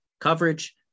coverage